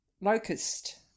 locust